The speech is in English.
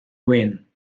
win